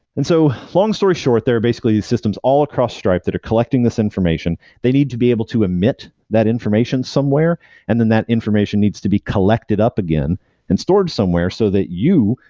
and so long story short, they're basically these systems all across stripe that are collecting this information, they need to be able to emit that information somewhere and then that information needs to be collected up again and stored somewhere, so that you,